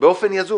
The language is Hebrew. באופן יזום.